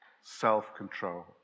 self-control